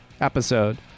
episode